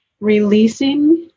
Releasing